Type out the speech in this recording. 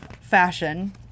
fashion